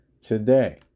today